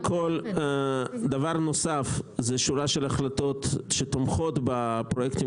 דבר נוסף הוא שורה של החלטות שתומכות בפרויקטים